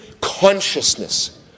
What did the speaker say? consciousness